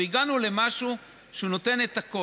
והגענו למשהו שנותן את הכול.